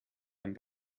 ein